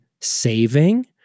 saving